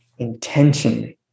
Intention